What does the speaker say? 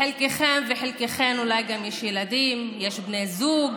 לחלקכם וחלקכן אולי גם יש ילדים, יש בני זוג,